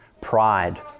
pride